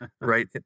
right